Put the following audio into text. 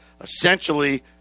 essentially